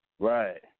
Right